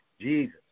Jesus